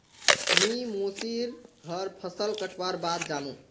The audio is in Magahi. मी मोसी र घर फसल कटवार बाद जामु